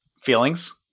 feelings